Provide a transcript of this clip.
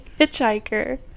hitchhiker